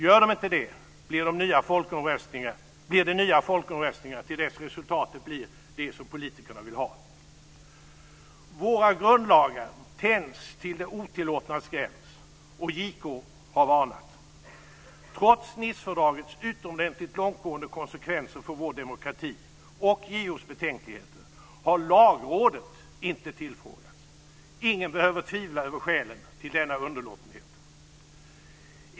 Gör de inte det blir det nya folkomröstningar till dess resultatet blir det som politikerna vill ha. Våra grundlagar tänjs till det otillåtnas gräns, och JK har varnat. Trots Nicefördragets utomordentligt långtgående konsekvenser för vår demokrati och JK:s betänkligheter har Lagrådet inte tillfrågats. Ingen behöver tvivla på skälen till denna underlåtenhet.